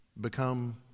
become